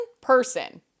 person